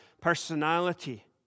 personality